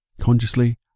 consciously